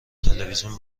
تلویزیون